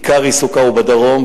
ועיקר עיסוקה הוא בדרום,